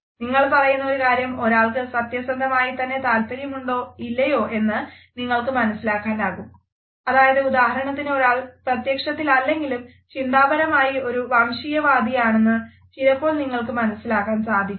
നിങ്ങൾ പറയുന്ന ഒരു കാര്യം ഒരാൾക്ക് സത്യസന്ധമായിത്തന്നെ താല്പര്യമുണ്ടോ ഇല്ലയോ എന്ന് നിങ്ങൾക്ക് മനസിലാക്കാനാകും അതായത് ഉദാഹരണത്തിന് ഒരാൾ പ്രത്യക്ഷത്തിലല്ലെങ്കിലും ചിന്താപരമായി ഒരു വംശീയവാദിയാണെന്ന് ചിലപ്പോൾ നിങ്ങൾക്ക് മനസിലാക്കാൻ സാധിച്ചേക്കും